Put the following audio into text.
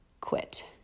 quit